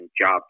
job